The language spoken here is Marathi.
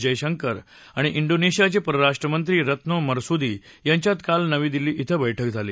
जयशंकर आणि इंडोनेशियाचे परराष्ट्रमंत्री रत्नो मरसुदी यांच्यात काल नवी दिल्ली इथं बैठक झाली